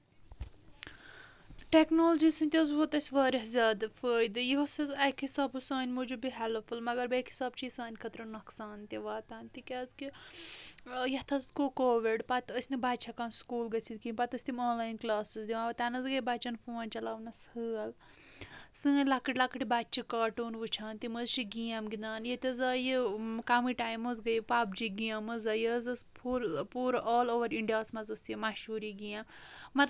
technology سۭتۍ حظ ووٚت اَسہِ واریاہ زیادٕ فٲیدٕ یہِ اوس حظ اکہِ حِسابہٕ سانہِ موجوٗب ہیٚلٔپ فُل مَگر بیٚکہِ حِسابہٕ چھُ یہِ سانہِ خٲطرٕ نۅقصان تہِ واتان تہِ تِکیازِ کہِ یَتھ حظ گوٚو کووِڈ پَتہٕ ٲسۍ نہٕ بَچہٕ ہٮ۪کان سکوٗل گٔژھتھ کِہیٖنٛۍ پَتہٕ أسۍ تِم آن لایِن کٔلاسٕز دِوان تَنہٕ حظ گٔیہِ بَچن فون چلاونَس حٲل سٲنۍ لۄکٕٹۍ لۄکٕٹۍ بَچہٕ چھِ کاٹوٗن وُچھان تِم حظ چھِ گیٚم گِنٛدان ییٚتہِ حظ آیہِ یم کَمے ٹایم حظ گٔیہِ پب جی گیٚم حظ آیہِ یہِ حظ ٲس فُل پوٗرٕ آل اوَر اِنٛڈیاہَس منٛز ٲسۍ یہِ مشہوٗر یہِ گیٚم